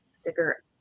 Sticker